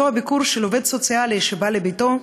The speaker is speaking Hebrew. הביקור של העובד הסוציאלי שבא לביתו,